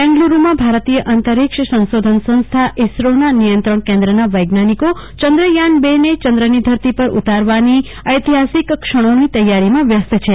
બંગ્લુરૃ મા ભારતીય અંતરોક્ષ સંશોધન સંરથા ઈસરોના નિયંત્રણ કેન્દ્રના વજ્ઞાનિકો ચંદ્રયાન રને ચંદ્રની ધરતી પર ઉતારવાની ઐતિહાસિક ક્ષણોની તૈયારીમાં વ્યસ્ત છે